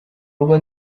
rugo